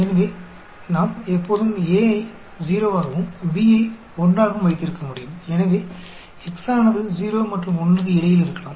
எனவே நாம் எப்போதும் A ஐ 0 ஆகவும் B ஐ 1 ஆகவும் வைத்திருக்க முடியும் எனவே x ஆனது 0 மற்றும் 1 க்கு இடையில் இருக்கலாம்